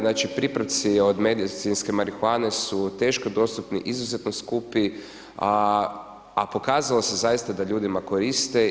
Znači pripravci od medicinske marihuane su teško dostupni, izuzetno skupi a pokazalo se zaista da ljudima koriste.